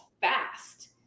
fast